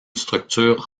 structure